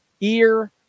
ear